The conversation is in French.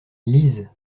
lisent